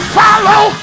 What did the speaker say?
follow